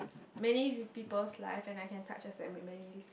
many people's life and I can touch as many